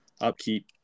upkeep